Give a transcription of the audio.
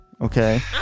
okay